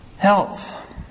Health